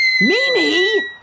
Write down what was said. Mimi